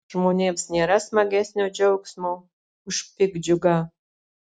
žmonėms nėra smagesnio džiaugsmo už piktdžiugą